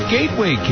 Gateway